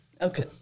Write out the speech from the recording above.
Okay